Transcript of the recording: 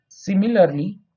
Similarly